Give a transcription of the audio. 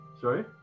sorry